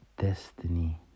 destiny